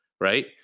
right